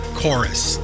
chorus